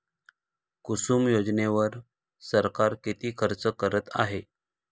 कुसुम योजनेवर सरकार किती खर्च करत आहे?